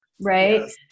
right